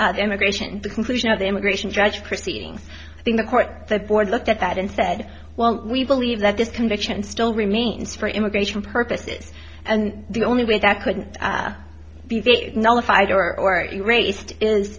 immigration the conclusion of the immigration judge proceedings i think the court the board looked at that and said well we believe that this conviction still remains for immigration purposes and the only way that couldn't be nullified or erased is